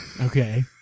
Okay